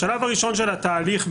השלב הראשון של התהליך,